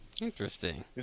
Interesting